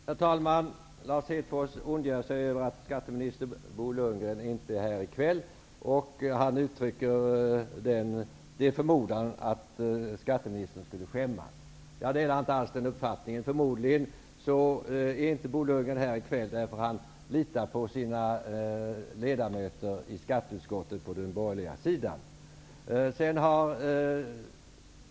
Herr talman! Lars Hedfors ondgör sig över att skatteminister Bo Lundgren inte är här i kväll. Han uttrycker en förmodan att skatteministern skulle skämmas. Jag delar inte alls den uppfattningen. Anledningen till att Bo Lundgren inte är här i kväll är förmodligen att han litar på ledamöterna i skatteutskottet på den borgerliga sidan.